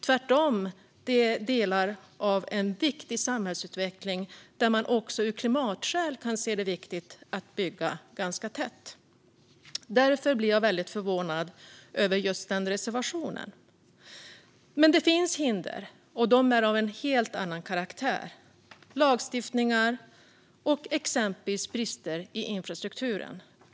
Tvärtom är det delar av en viktig samhällsutveckling där man också av klimatskäl kan se det som viktigt att bygga ganska tätt. Därför blir jag väldigt förvånad över just den reservationen. Det finns hinder, men de är av en helt annan karaktär. Det handlar exempelvis om lagstiftning och brister i infrastrukturen.